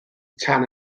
tan